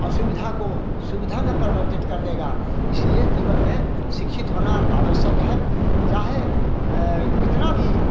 असुविधा को सुविधा में परिवर्तित कर देगा इसलिए जीवन में शिक्षित होना आवश्यक है चाहे कितना भी